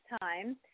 time